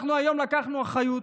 אנחנו היום לקחנו אחריות,